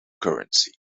currency